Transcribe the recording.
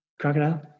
Crocodile